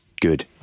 good